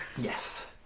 Yes